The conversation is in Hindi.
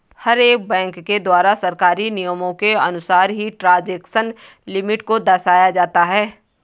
हर एक बैंक के द्वारा सरकारी नियमों के अनुसार ही ट्रांजेक्शन लिमिट को दर्शाया जाता है